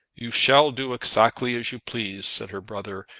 you shall do exactly as you please, said her brother.